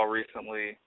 recently